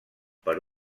per